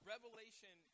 Revelation